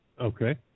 Okay